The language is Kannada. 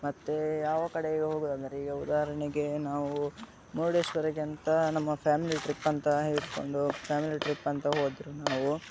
ಮತ್ತು ಯಾವ ಕಡೆ ಹೋಗುವುದೆಂದ್ರೆ ಈಗ ಉದಾಹರಣೆಗೆ ನಾವು ಮುರುಡೇಶ್ವರಕ್ಕೆ ಅಂತ ನಮ್ಮ ಫ್ಯಾಮಿಲಿ ಟ್ರಿಪ್ ಅಂತ ಹಿಡ್ಕೊಂಡು ಫ್ಯಾಮಿಲಿ ಟ್ರಿಪ್ ಅಂತ ಹೋದ್ರೆ ನಾವು